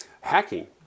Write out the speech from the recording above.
hacking